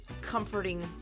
comforting